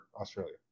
Australia